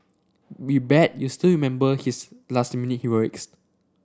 we bet you still remember his last minute heroics